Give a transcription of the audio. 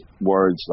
words